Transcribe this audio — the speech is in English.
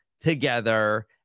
together